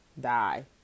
die